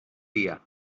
dia